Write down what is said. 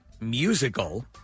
musical